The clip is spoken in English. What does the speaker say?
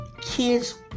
kids